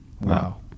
wow